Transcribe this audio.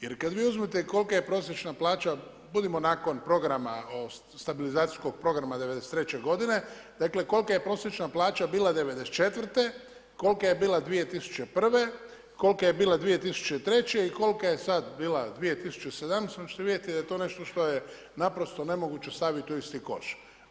Jer kad vi uzmete kolika je prosječna plaća, budimo nakon programa, stabilizacijskog programa 93. godine, dakle, kolika je prosječna plaća bila 94., kolika je bila 2001., kolika je bila 2003. i kolika je sad bila 2017. onda ćete vidjeti da je to nešto što je naprosto nemoguće staviti u isti koš.